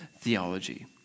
theology